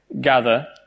gather